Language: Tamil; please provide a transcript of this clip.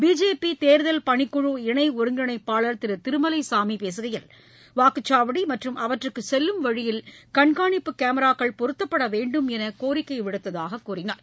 பிஜேபிதேர்தல் பணிக்குழு இணைஒருங்கிணைப்பாளர் திருதிருமலைசாமிபேசுகையில் வாக்குச்சாவடிமற்றும் அவற்றுக்குசெல்லும் வழியில் கண்காணிப்பு கேமிராக்கள் பொருத்தப்படவேண்டும் என்றுகோரிக்கைவிடுத்ததாககூறினார்